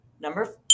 Number